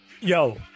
Yo